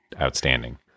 outstanding